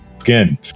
again